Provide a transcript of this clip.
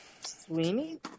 Sweeney